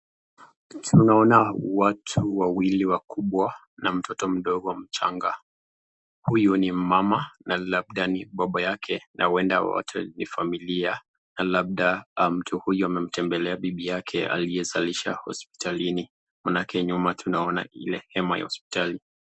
Tunaona watu wawili wakubwa na mtoto mdogo mchanga. Huyu ni mama na labda ni baba yake na huenda wote ni familia na labda mtu huyu amemtembelea bibi yake aliyezalisha hospitalini manake nyuma tuna ile hema ya hospitali.